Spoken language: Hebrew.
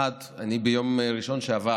1. אני ביום ראשון שעבר